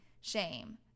shame